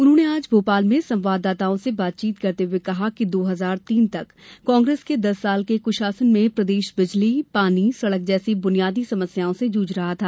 उन्होंने आज भोपाल में संवाददाताओं से बातचीत करते हुए कहा कि दो हजार तीन तक कांग्रेस के दस साल के कुशासन मे प्रदेश बिजली पानी सड़क जैसी बुनियादी समस्याओं से जूझ रहा था